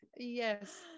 yes